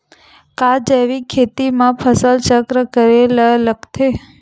का जैविक खेती म फसल चक्र करे ल लगथे?